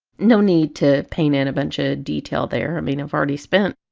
no need to paint in a bunch of detail there, i mean i've already spent